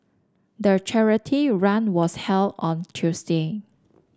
the charity run was held on Tuesday